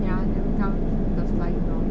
ya then become the sliding door